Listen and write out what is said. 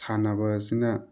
ꯁꯥꯟꯅꯕ ꯑꯁꯤꯅ